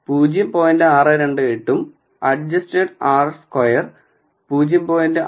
628 ഉം adjusted r square 0